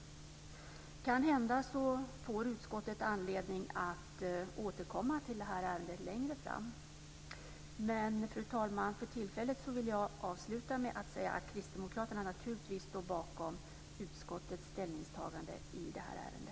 Kanhända får utskottet anledning att återkomma till detta ärende längre fram. Fru talman! För tillfället vill jag avsluta med att säga att kristdemokraterna naturligtvis står bakom utskottets ställningstagande i detta ärende.